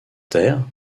terre